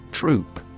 Troop